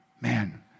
man